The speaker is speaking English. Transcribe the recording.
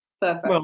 Perfect